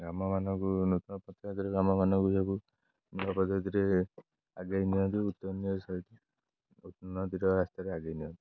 ଗ୍ରାମମାନଙ୍କୁ ନୂତନ ଗ୍ରାମମାନଙ୍କୁ ସବୁ ପଦ୍ଧତିରେ ଆଗେଇ ନିଅନ୍ତି ଉନ୍ନତିର ରାସ୍ତାରେ ଆଗେଇ ନିଅନ୍ତି